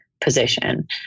position